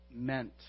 meant